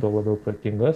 tuo labiau protingos